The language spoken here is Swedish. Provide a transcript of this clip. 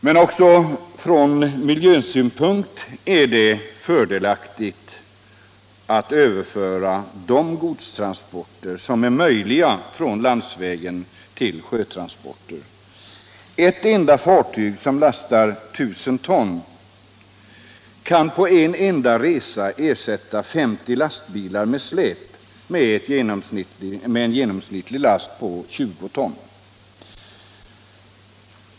Men också från miljösynpunkt är det fördelaktigt att, där så är möjligt, när det gäller godstransporter övergå från landsvägstransport till sjötransport. Ett enda fartyg som lastar 1000 ton kan på en enda resa ersätta 50 lastbilar med släp med en genomsnittlig last på 20 ton.